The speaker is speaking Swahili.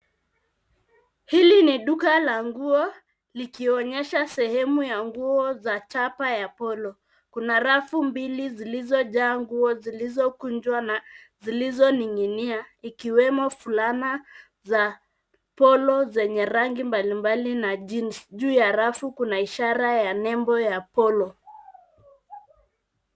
Hili ni duka la nguo likionyesha sehemu ya nguo za chapa ya Polo. Kuna rafu mbili zilizojaa nguo zilizokunjwa na zilizoning'inia ikiwemo fulana za Polo zenye rangi mbalimbali na jeans . Juu ya rafu kuna ishara ya nembo ya Polo.